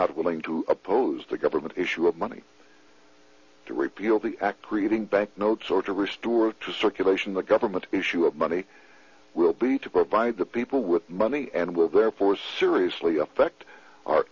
not willing to oppose the government issue of money to repeal the act creating banknotes or to restore circulation the government issue of money will be to provide the people with money and will therefore seriously affect our